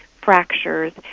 fractures